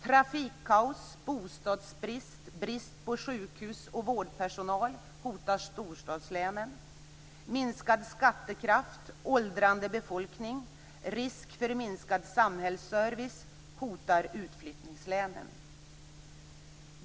Trafikkaos, bostadsbrist samt brist på sjukhus och vårdpersonal hotar storstadslänen. Minskad skattekraft, åldrande befolkning och risk för minskad samhällsservice hotar utflyttningslänen.